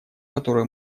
которую